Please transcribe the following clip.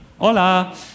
Hola